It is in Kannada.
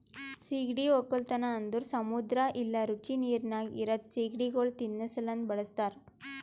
ಸೀಗಡಿ ಒಕ್ಕಲತನ ಅಂದುರ್ ಸಮುದ್ರ ಇಲ್ಲಾ ರುಚಿ ನೀರಿನಾಗ್ ಇರದ್ ಸೀಗಡಿಗೊಳ್ ತಿನ್ನಾ ಸಲೆಂದ್ ಬಳಸ್ತಾರ್